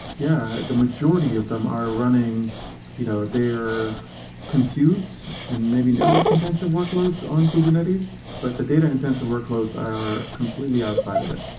yeah, the majority of them are running you know their computes and maybe network intensive workloads on kubernetes, but the data intensive workloads are completely outside of it.